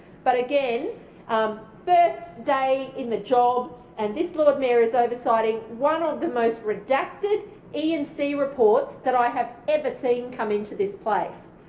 but again um first day in the job and this lord mayor is oversighting one of the most redacted e and c reports that i have ever seen come into this place.